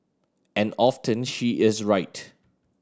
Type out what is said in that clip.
and often she is right